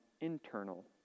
internal